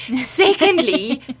Secondly